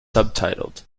subtitled